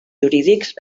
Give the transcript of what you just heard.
jurídics